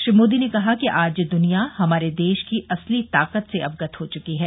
श्री मोदी ने कहा कि आज दुनिया हमारे देश की असली ताकत से अवगत हो चुकी है